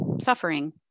suffering